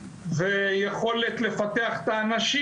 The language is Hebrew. ויכולת לפתח את האנשים,